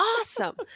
awesome